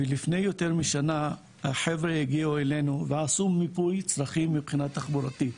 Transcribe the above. לפני יותר משנה החבר'ה הגיעו אלינו ועשו מיפוי צרכים מבחינה תחבורתית,